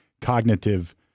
cognitive